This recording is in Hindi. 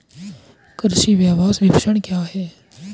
कृषि व्यवसाय विपणन क्या है?